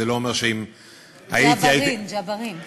זה לא אומר, ג'בארין, ג'בארין.